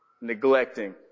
neglecting